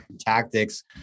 tactics